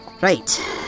Right